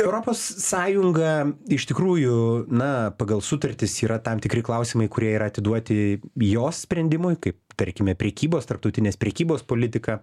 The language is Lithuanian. europos sąjunga iš tikrųjų na pagal sutartis yra tam tikri klausimai kurie yra atiduoti jos sprendimui kai tarkime prekybos tarptautinės prekybos politika